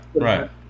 right